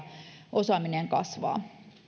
osaaminen kasvaa